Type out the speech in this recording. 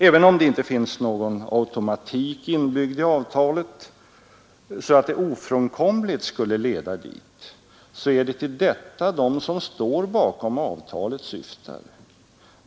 Även om det inte finns någon automatik inbyggd i avtalet så att det ofrånkomligt skulle leda dit, så är det till detta de som står bakom avtalet syftar.